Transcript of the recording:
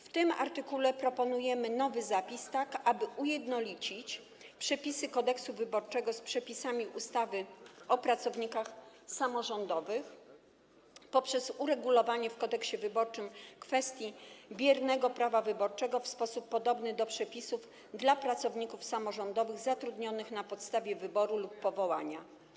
W tym artykule proponujemy nowy zapis, tak aby ujednolicić przepisy Kodeksu wyborczego z przepisami ustawy o pracownikach samorządowych poprzez uregulowanie w Kodeksie wyborczym kwestii biernego prawa wyborczego w sposób podobny do uregulowania tej sprawy w przepisach dotyczących pracowników samorządowych zatrudnionych na podstawie wyborów lub powołania.